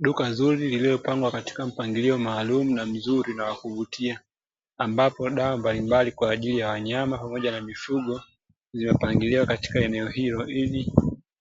Duka nzuri lililopangwa katika mpangilio maalumu na mzuri na wa kuvutia, ambapo dawa mbalimbali kwa ajili ya wanyama pamoja na mifugo, zimepangiliwa katika eneo hilo, ili